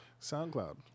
SoundCloud